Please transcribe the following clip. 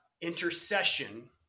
intercession